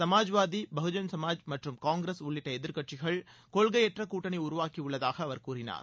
சமாஜ்வாதி பகுஜன் சமாஜ் மற்றும் காங்கிரஸ் உள்ளிட்ட எதிர்க்ககட்சிகள் கொள்கையற்ற கூட்டணி உருவாக்கியுள்ளதாக அவர் கூறினார்